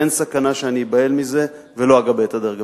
אין סכנה שאני אבהל מזה ולא אגבה את הדרג המקצועי.